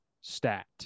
stat